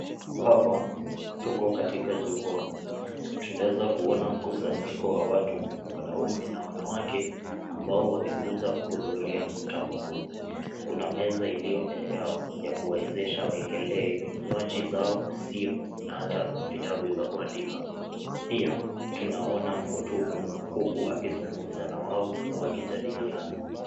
Hapa tuko katika jukwaa. Tunaeza kuona mkusanyiko wa watu, wanaume na wanawake, ambao wamekuja kuhudhuria mkutano huu. Kuna meza iliyo mbele yao ya kuwaezesha waekelee vinywaji zao, simu, na hata vitabu za kuandikaa. Pia tunaona mhutubu, huku akizungumza na wao na wakijadiliana.